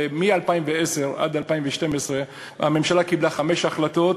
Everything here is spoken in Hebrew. מ-2010 עד 2012 הממשלה קיבלה חמש החלטות